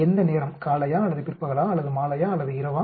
எந்த நேரம் காலையா அல்லது பிற்பகலா அல்லது மாலையா அல்லது இரவா